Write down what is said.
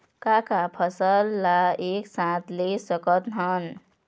का का फसल ला एक साथ ले सकत हन?